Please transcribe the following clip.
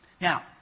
Now